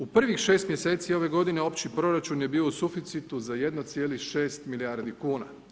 U prvih 6 mjeseci ove godine opći proračun je bio u suficitu za 1,6 milijardi kuna.